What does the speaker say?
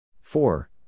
four